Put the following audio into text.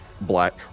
black